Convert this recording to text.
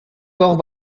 port